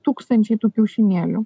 tūkstančiai tų kiaušinėlių